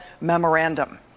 memorandum